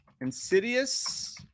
Insidious